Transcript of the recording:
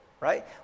right